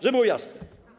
Żeby było jasne.